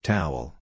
Towel